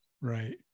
Right